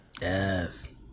Yes